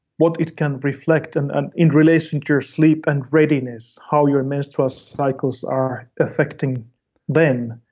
what it can reflect and and in relation to your sleep and readiness, how your menstrual cycles are affecting them.